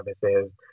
services